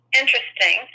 interesting